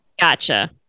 Gotcha